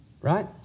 Right